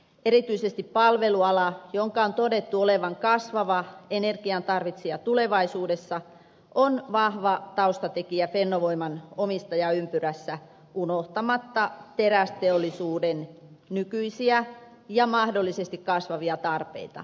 erityisesti palveluala jonka on todettu olevan kasvava energian tarvitsija tulevaisuudessa on vahva taustatekijä fennovoiman omistajaympyrässä unohtamatta terästeollisuuden nykyisiä ja mahdollisesti kasvavia tarpeita